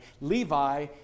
Levi